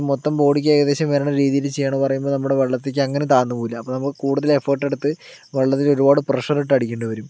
മൊത്തം ബോഡിക്ക് ഏകദേശം വരണ രീതിയിൽ ചെയ്യണം എന്ന് പറയുന്നത് നമ്മുടെ വെള്ളത്തിലേക്ക് അങ്ങനെ താണു പോകൂല്ല അപ്പോൾ നമ്മൾ കൂടുതൽ എഫേർട്ട് എടുത്ത് വെള്ളത്തിൽ ഒരുപാട് പ്രഷർ ഇട്ട് അടിക്കേണ്ടി വരും